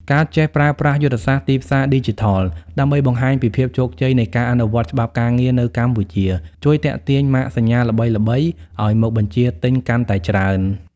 ការចេះប្រើប្រាស់យុទ្ធសាស្ត្រទីផ្សារឌីជីថល ដើម្បីបង្ហាញពីភាពជោគជ័យនៃការអនុវត្តច្បាប់ការងារនៅកម្ពុជា ជួយទាក់ទាញម៉ាកសញ្ញាល្បីៗឱ្យមកបញ្ជាទិញកាន់តែច្រើន។